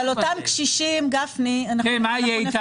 אבל אותם קשישים, גפני --- כן, מה יהיה איתם?